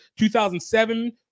2007